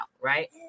right